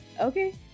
Okay